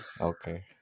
Okay